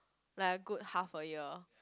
like a good half a year